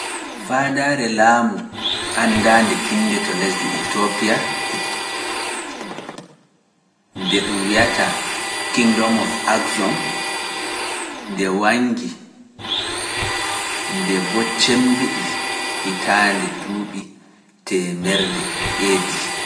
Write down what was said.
Faadaare laamu anndaande kinnde to lesdi Etopiya, nde ɗum wi’ata “kingdom of Agson” nde waŋngi nde boo cemmbiɗi hitaande duuɓi teemeerde eedi.